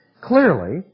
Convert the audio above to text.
Clearly